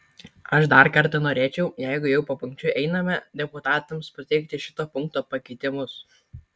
aš dar kartą norėčiau jeigu jau papunkčiui einame deputatams pateikti šito punkto pakeitimus